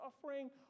suffering